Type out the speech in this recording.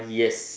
yes